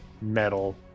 metal